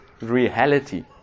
reality